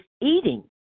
eating